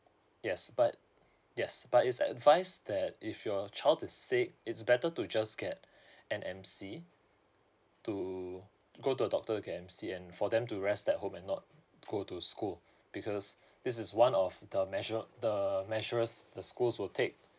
yes but yes but it's advised that if your child is sick it's better to just get an M_C to go to a doctor get M_C and for them to rest at home and not go to school because this is one of the measure the measures the schools will take